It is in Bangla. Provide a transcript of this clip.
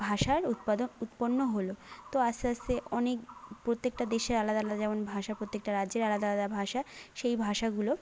ভাষার উৎপন্ন হলো তো আস্তে আস্তে অনেক প্রত্যেকটা দেশের আলাদা আলাদা যেমন ভাষা প্রত্যেকটা রাজ্যের আলাদা আলাদা ভাষা সেই ভাষাগুলো